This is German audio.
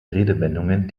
redewendungen